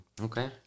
Okay